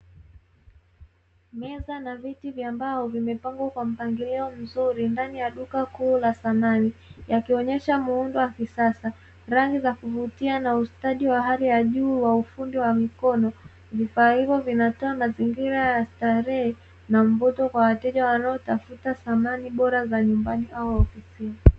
Meza na viti vya mbao vimepangwa kwa mpangilio mzuri ndani ya duka kuu la thamani, yakionyesha muundo wa kisasa ,rangi za kuvutia na ustadi wa hali ya juu wa ufundi wa mikono, vifaa hivyo vinatoa mazingira ya starehe na mvuto kwa wateja wanaotafuta thamani bora za nyumbani au ofisini.